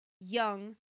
young